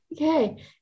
Okay